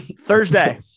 Thursday